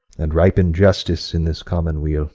and ripen justice in this commonweal.